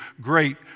great